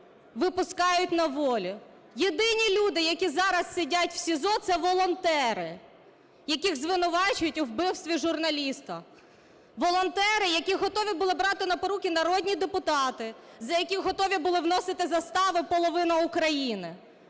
випускають на волю. Єдині люди, які зараз сидять в СІЗО, - це волонтери, яких звинувачують у вбивстві журналіста. Волонтери, яких готові були брати на поруки народні депутати, за яких готові були вносити заставу половина України.